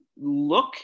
look